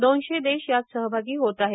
दोनशे देश यात सहभागी होत आहेत